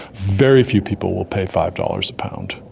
very few people will pay five dollars a pound,